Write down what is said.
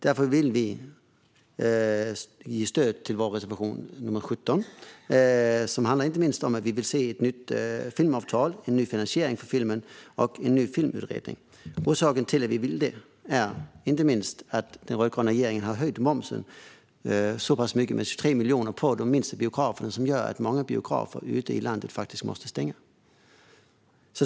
Därför vill vi ge stöd till vår reservation nr 17, som handlar om att vi vill se ett nytt filmavtal, en ny finansiering för filmen och en ny filmutredning. Orsaken till att vi vill det är att den rödgröna regeringen har höjt momsen med så pass mycket som 23 miljoner på de minsta biograferna, vilket gör att många biografer ute i landet faktiskt måste stänga.